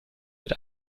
mit